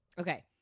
Okay